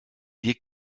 wir